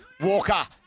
Walker